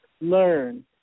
learn